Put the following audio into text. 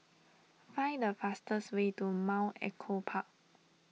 find the fastest way to Mount Echo Park